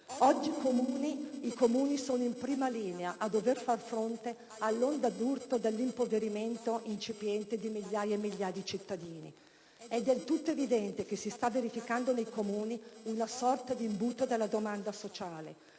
Oggi i Comuni sono in prima linea a dover far fronte all'onda d'urto dell'impoverimento incipiente di migliaia e migliaia di cittadini. È del tutto evidente che nei Comuni si sta verificando una sorta di imbuto della domanda sociale.